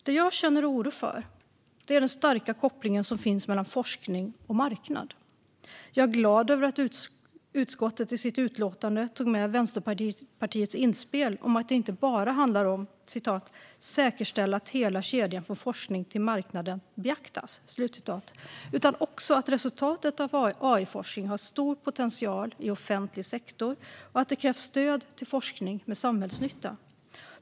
Det jag känner oro för är den starka koppling som finns mellan forskning och marknad. Jag är glad över att utskottet i sitt utlåtande tog med Vänsterpartiets inspel om att det inte bara handlar om att "säkerställa att hela kedjan från forskning till marknaden beaktas" utan också att resultatet av AI-forskning har stor potential i offentlig sektor och att det krävs stöd till forskning med samhällsnytta.